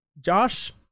Josh